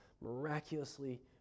miraculously